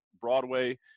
Broadway